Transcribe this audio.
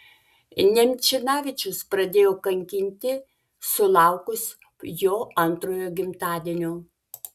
nemčinavičius pradėjo kankinti sulaukus jo antrojo gimtadienio